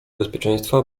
bezpieczeństwa